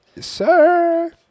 Sir